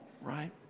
right